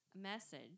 message